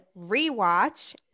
rewatch